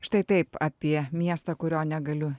štai taip apie miestą kurio negaliu